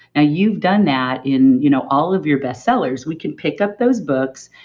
you've done that in you know all of your best sellers. we can pick up those books.